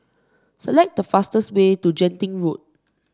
select the fastest way to Genting Road